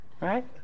right